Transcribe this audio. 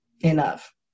enough